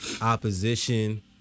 opposition